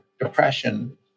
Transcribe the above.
depression